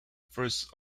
first